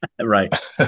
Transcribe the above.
right